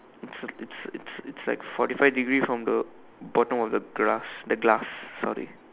it's a it's a it's a it's like forty five degree from the bottom of the glass the glass sorry